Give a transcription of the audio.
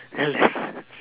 really